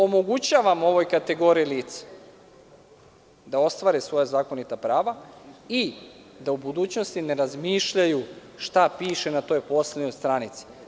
Omogućavamo ovoj kategoriji lica da ostvare svoja zakonita prava i da u budućnosti ne razmišljaju šta piše na poslednjoj stranici.